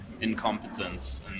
incompetence